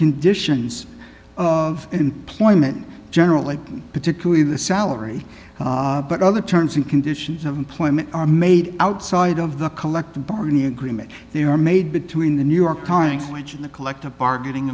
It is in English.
conditions of employment generally particularly the salary but other terms and conditions of employment are made outside of the collective bargaining agreement they are made between the new york comics which is the collective bargaining